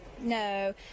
no